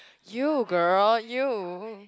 you girl you